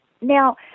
Now